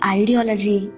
ideology